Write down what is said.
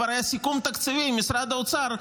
כבר היה סיכום תקציבי משרד האוצר,